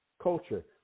culture